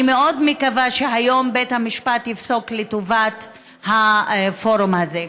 אני מאוד מקווה שבית המשפט יפסוק היום לטובת הפורום הזה.